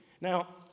Now